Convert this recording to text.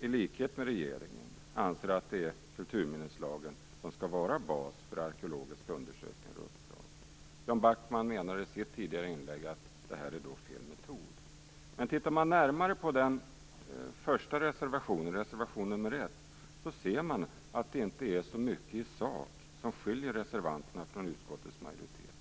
i likhet med regeringen, anser att det är kulturminneslagen som skall vara bas för arkeologiska undersökningar och uppdrag. Jan Backman menade i sitt inlägg tidigare att det här är fel metod. Men om man tittar närmare på reservation nr 1 ser man att det inte är så mycket i sak som skiljer reservanterna från utskottets majoritet.